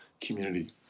community